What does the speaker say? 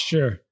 Sure